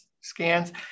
scans